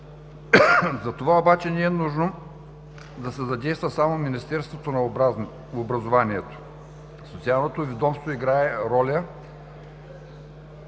Затова обаче не е нужно да се задейства само Министерството на образованието. Социалното ведомство играе роля